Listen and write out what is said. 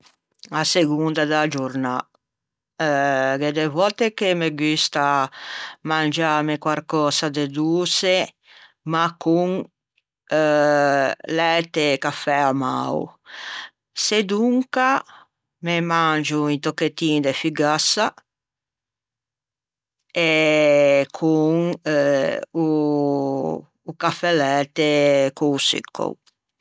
À segonda da giornâ eh gh'é de vòtte che me gusta mangiâme quarcösa de doçe ma con læte e cafè amao, sedonca me mangio un tocchettin de fugassa con o cafelæte e o succao